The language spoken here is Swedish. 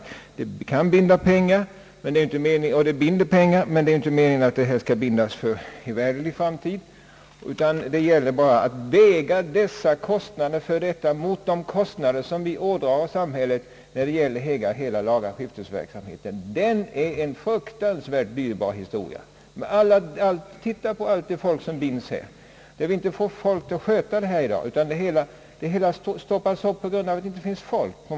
Det kan binda pengar och det binder pengar, men det är inte meningen att pengarna skall bindas för evärdlig tid, utan det gäller bara att väga dessa kostnader mot de kostnader som vi ådrar samhället för hela lagaskiftesverksamheten. Den är fruktansvärt dyrbar. Tänk bara på allt folk som krävs för den! Hela verksamheten stagnerar på många håll därför att det inte finns folk att få.